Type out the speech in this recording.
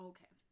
Okay